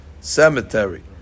cemetery